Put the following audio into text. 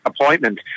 appointment